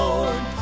Lord